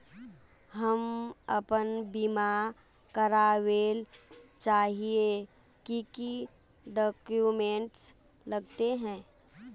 हम अपन बीमा करावेल चाहिए की की डक्यूमेंट्स लगते है?